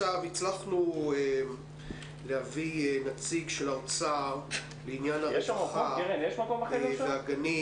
הצלחנו להביא נציג של האוצר לעניין הרווחה והגנים